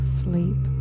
sleep